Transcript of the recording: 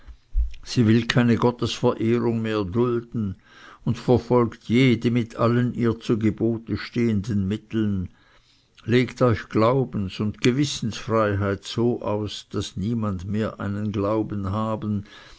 sie will keine gottesverehrung mehr dulden und verfolgt jede mit allen ihr zu gebote stehenden mitteln legt euch glaubens und gewissensfreiheit so aus daß niemand mehr einen glauben haben